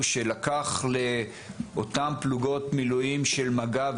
היו שלקח לאותן פלוגות מילואים של מג"ב,